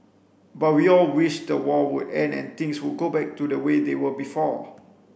but we all wished the war would end and things would go back to the way they were before